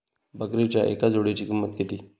बकरीच्या एका जोडयेची किंमत किती?